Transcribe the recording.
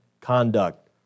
conduct